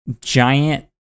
giant